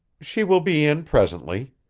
she will be in presently.